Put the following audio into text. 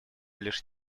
лишь